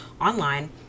online